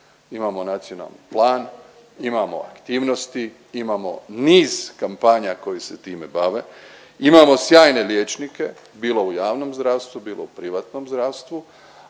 Imamo Nacionalni plan, imamo aktivnosti, imamo niz kampanja koji se time bave, imamo sjajne liječnike, bilo u javnom zdravstvu bilo u privatnom zdravstvu